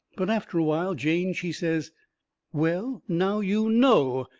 but after a while jane, she says well, now you know!